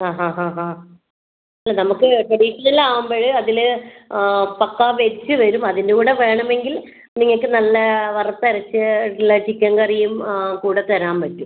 ആ ആ ആ ആ അല്ല നമ്മക്ക് ട്രഡീഷണൽ ആവുമ്പോഴ് അതിൽ പക്ക വെജ് വരും അതിൻ്റെ കൂടെ വേണമെങ്കിൽ നിങ്ങൾക്ക് നല്ല വറുത്തരച്ച് ഉള്ള ചിക്കൻ കറിയും കൂടെ തരാൻ പറ്റും